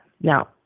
Now